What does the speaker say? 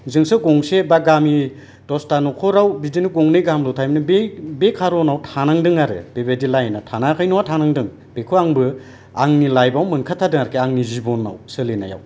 जोंसो गंसे बा गामि दसथा न'खराव बिदिनो गंनै गाहामल' थायोमोन बे कारनाव थानांदों आरो बे बायदि लाइन आ थानाङाखै नङा थानांदों बेखौ आंबो आंनि लाइफ आव मोनखाथारदों आरोखि आंनि जिबनाव सोलिनायाव